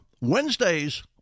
Wednesdays